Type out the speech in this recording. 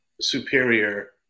superior